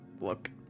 look